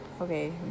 Okay